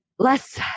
Less